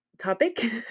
topic